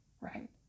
right